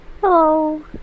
Hello